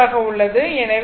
எனவே i∞ 3 ampere